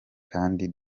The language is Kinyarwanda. kandi